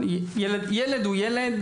ילד הוא ילד,